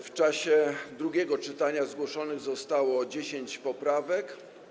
W czasie drugiego czytania zgłoszonych zostało 10 poprawek.